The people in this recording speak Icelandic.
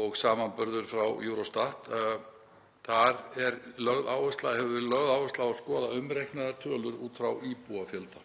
og í samanburði frá Eurostat. Þar hefur verið lögð áhersla á að skoða umreiknaðar tölur út frá íbúafjölda.